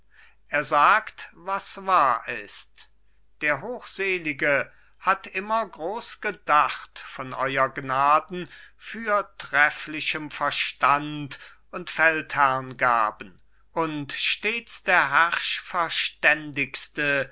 er sagt was wahr ist der hochselige hat immer groß gedacht von euer gnaden fürtrefflichem verstand und feldherrngaben und stets der